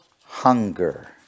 hunger